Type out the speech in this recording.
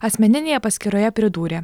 asmeninėje paskyroje pridūrė